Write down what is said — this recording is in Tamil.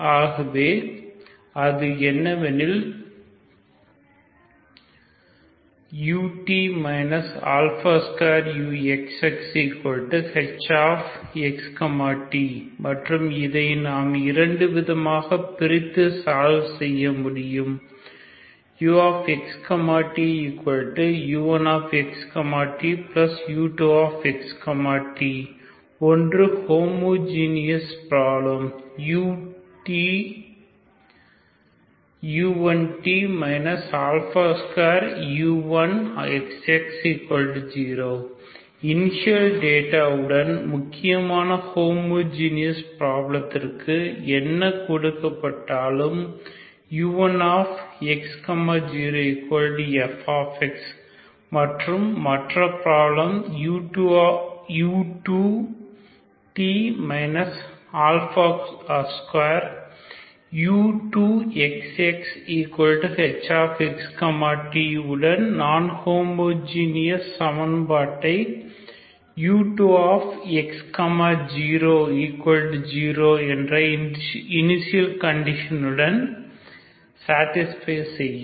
ஆகவே அது என்னவெனில் ut 2uxxhx t மற்றும் இதை நாம் இரண்டு விதமாக பிரித்து சால்வ் செய்ய முடியும்ux tu1x t u2x t ஒன்று homogeneous problem u1t 2u1xx0 initial data உடன் முக்கிய ஹோமோஜீனஸ் பிராப்ளதிற்க்கு என்ன கொடுக்கப்பட்டாலும் u1x 0f மற்றும் மற்ற பிராப்ளம் u2t 2u2xxhx t உடன் நான் ஹோமோஜீனஸ் சமன்பாட்டை u2x 00 என்ற இனிசியல் கண்டிசனுடன் சேடிஸ்பை செய்யும்